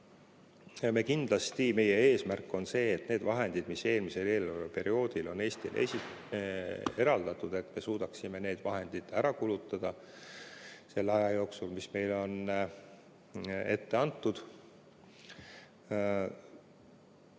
kindlasti meie eesmärk on see, et need vahendid, mis eelmisel eelarveperioodil on Eestile eraldatud, me suudaksime ära kulutada selle aja jooksul, mis meile on ette antud.